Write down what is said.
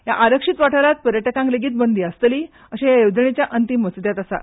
हया आरक्षीत वाठारांत पर्यटकांक लेगीत बंदी आसतली अशें हया येवजणेच्या अंतीम मस्द्यात आसा